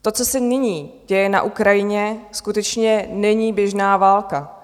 To, co se nyní děje na Ukrajině, skutečně není běžná válka.